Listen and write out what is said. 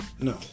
No